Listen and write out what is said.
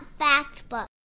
Factbook